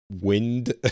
wind